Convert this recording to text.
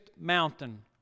mountain